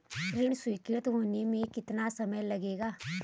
ऋण स्वीकृति होने में कितना समय लगेगा?